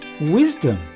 Wisdom